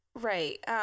right